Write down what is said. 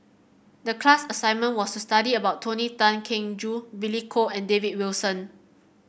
the class assignment was to study about Tony Tan Keng Joo Billy Koh and David Wilson